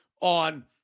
on